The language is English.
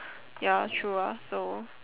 ya true ah so